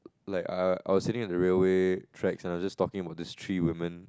like I was sitting on the railway tracks and I was just talking about this three women